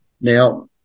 Now